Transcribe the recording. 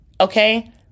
okay